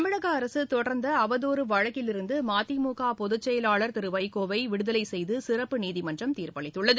தமிழக அரசு தொடர்ந்த அவதூறு வழக்கிலிருந்து மதிமுக பொதுச் செயலாளர் வைகோவை விடுவித்து சிறப்பு நீதிமன்றம் தீர்ப்பளித்துள்ளது